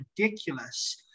ridiculous